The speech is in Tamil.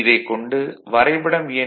இதைக் கொண்டு வரைபடம் எண்